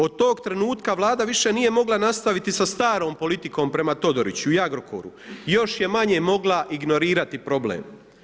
Od tog trenutka Vlada više nije mogla nastaviti sa starom politikom prema Todoriću i Agrokoru i još je manje mogla ignorirati problem.